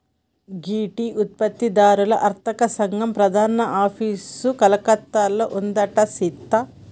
గీ tea ఉత్పత్తి దారుల అర్తక సంగం ప్రధాన ఆఫీసు కలకత్తాలో ఉందంట సీత